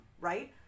right